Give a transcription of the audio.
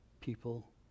people